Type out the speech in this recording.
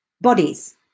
bodies